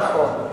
נכון.